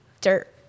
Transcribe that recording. dirt